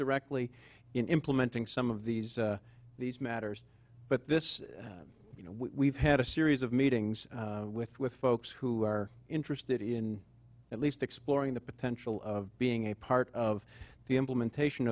directly in implementing some of these these matters but this you know we've had a series of meetings with with folks who are interested in at least exploring the potential of being a part of the implementation